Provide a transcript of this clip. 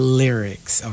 lyrics